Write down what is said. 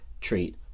treat